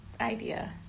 idea